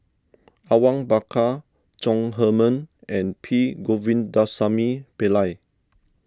Awang Bakar Chong Heman and P Govindasamy Pillai